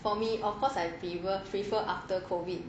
for me of course I prefer prefer after COVID